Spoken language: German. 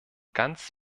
ganz